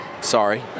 Sorry